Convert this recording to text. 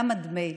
למה דמי?